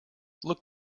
looked